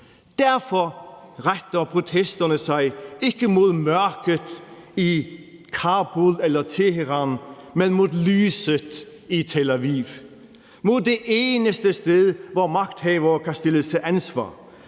Derfor retter protesterne sig ikke mod mørket i Kabul eller Teheran, men mod lyset i Tel Aviv – mod det eneste sted, hvor magthavere kan stilles til ansvar,